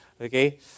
okay